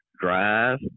drive